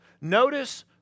Notice